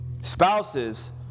spouses